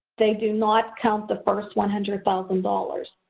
they do not count the first one hundred thousand dollars.